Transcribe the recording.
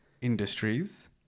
industries